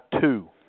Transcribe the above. two